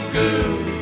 good